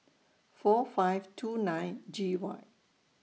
four five two nine G Y